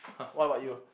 what about you